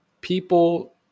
People